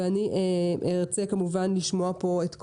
ואני ארצה כמובן לשמוע פה את המשתתפים.